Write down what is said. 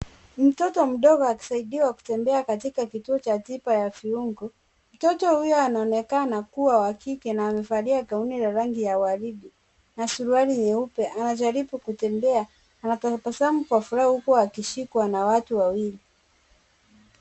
Mtoto mdogo akisaidiwa kutembea katika kituo cha tiba ya viungo, mtoto huyo anaonekana kuwa wa kike na amevalia gauni la rangi ya waridi na suruali nyeupe, anajaribu kutembea, anatabasamu kwa furaha, huku akishikwa na watu wawili.